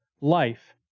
life